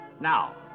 Now